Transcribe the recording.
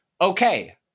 okay